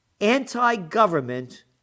anti-government